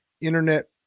internet